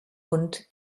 und